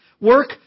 Work